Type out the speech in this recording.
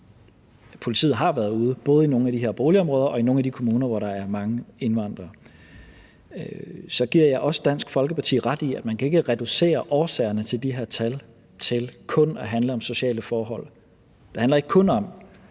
politiet har været ude, både i nogle af de her boligområder og i nogle af de kommuner, hvor der er mange indvandrere. Så giver jeg også Dansk Folkeparti ret i, at man ikke kan reducere årsagerne til de her tal til kun at handle om sociale forhold; det handler ikke kun om,